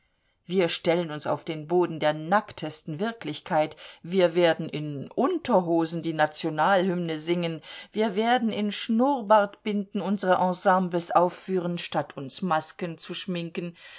wir stellen uns auf den boden der nacktesten wirklichkeit wir werden in unterhosen die nationalhymne singen wir werden in schnurrbartbinden unsre ensembles aufführen statt uns masken zu schminken